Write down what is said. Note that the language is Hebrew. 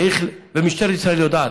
ומשטרת ישראל יודעת.